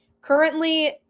Currently